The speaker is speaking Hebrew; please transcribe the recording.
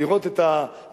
לראות את ההתקפה,